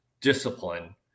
discipline